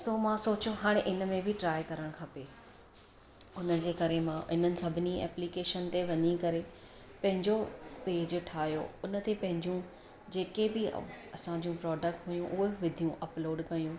सो मां सोचियो हाणे इनमें बि ट्राय करणु खपे इनजे करे मां इन्हनि सभिनी एप्लिकेशन ते वञी करे पंहिंजो पेज ठाहियो उनते पंहिंजियूं जेके बि असांजो प्रोडक्ट हुयो उहो बि विधियूं अपलोड कयूं